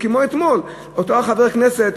כמו אתמול; אותו חבר כנסת,